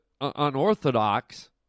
unorthodox